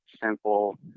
simple